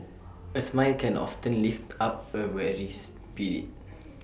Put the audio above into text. A smile can often lift up A weary spirit